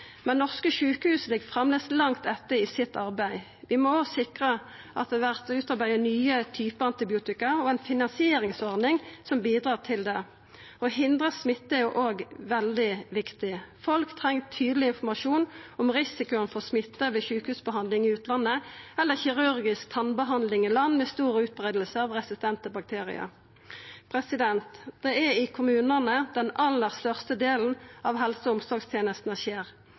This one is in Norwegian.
Men norske sjukehus ligg framleis langt etter i dette arbeidet. Vi må òg sikra at det vert utarbeidd nye typar antibiotika og ei finansieringsordning som bidreg til det. Å hindra smitte er òg veldig viktig. Folk treng tydeleg informasjon om risikoen for smitte ved sjukehusbehandling i utlandet eller kirurgisk tannbehandling i land med stor utbreiing av resistente bakteriar. Det er i kommunane den aller største delen av helse- og omsorgstenestene skjer.